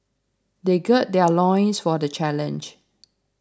they gird their loins for the challenge